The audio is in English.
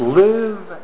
live